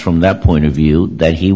from that point of view that he